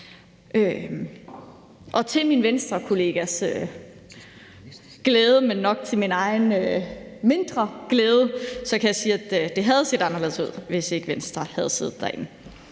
Til min Venstrekollegas glæde, men nok til min egen mindre glæde, kan jeg sige, at det havde set anderledes ud, hvis ikke Venstre havde siddet med derinde.